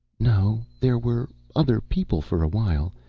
no. there were other people for awhile.